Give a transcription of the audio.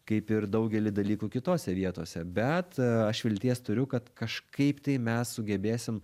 kaip ir daugelį dalykų kitose vietose bet aš vilties turiu kad kažkaip tai mes sugebėsim